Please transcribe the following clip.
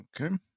Okay